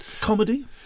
comedy